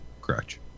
Crutch